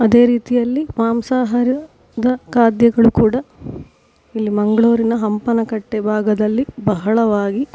ಅದೇ ರೀತಿಯಲ್ಲಿ ಮಾಂಸಾಹಾರದ ಖಾದ್ಯಗಳು ಕೂಡ ಇಲ್ಲಿ ಮಂಗಳೂರಿನ ಹಂಪನಕಟ್ಟೆ ಭಾಗದಲ್ಲಿ ಬಹಳವಾಗಿ